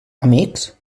amics